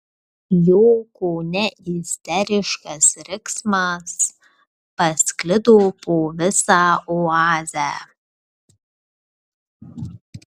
jo kone isteriškas riksmas pasklido po visą oazę